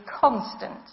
constant